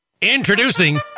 Introducing